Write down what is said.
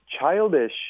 childish